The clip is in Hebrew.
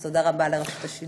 אז תודה רבה לרשות השידור,